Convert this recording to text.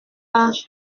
pas